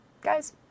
Guys